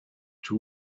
two